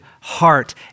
heart